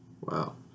Wow